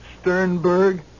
Sternberg